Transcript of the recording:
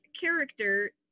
character